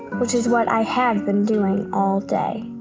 which is what i have been doing all day.